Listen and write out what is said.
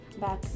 back